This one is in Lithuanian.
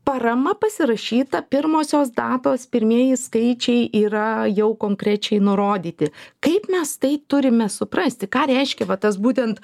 parama pasirašyta pirmosios datos pirmieji skaičiai yra jau konkrečiai nurodyti kaip mes tai turime suprasti ką reiškia va tas būtent